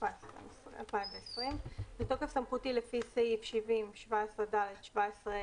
התשפ"א-2020 בתוקף סמכותי לפי סעיף 70(17ד),(17ה),